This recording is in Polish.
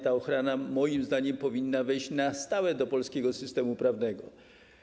Ta ochrona moim zdaniem powinna wejść na stałe do polskiego systemu prawnego.